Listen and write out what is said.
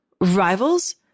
rivals